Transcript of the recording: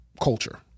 culture